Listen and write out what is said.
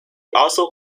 also